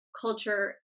culture